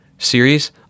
series